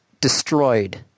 destroyed